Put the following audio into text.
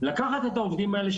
לקחת את העובדים האלה,